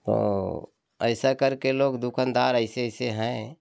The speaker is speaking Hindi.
तो ऐसा करके लोग दुकानदार ऐसे ऐसे हैं